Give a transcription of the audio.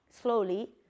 slowly